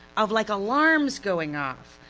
of like alarms going off,